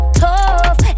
tough